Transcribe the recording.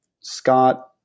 Scott